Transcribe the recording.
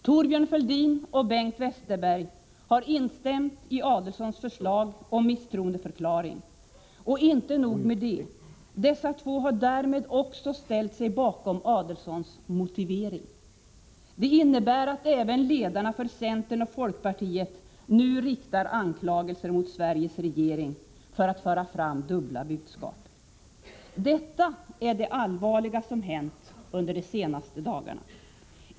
Thorbjörn Fälldin och Bengt Westerberg har instämt i Adelsohns förslag om misstroendeförklaring. Och inte nog med det — dessa två har därmed också ställt sig bakom Adelsohns motivering. Det innebär att även ledarna för centern och folkpartiet nu riktar anklagelser mot Sveriges regering för att föra fram dubbla budskap. Detta är det allvarliga som hänt under de senaste dagarna.